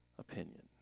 opinion